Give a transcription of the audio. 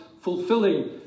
fulfilling